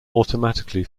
automatically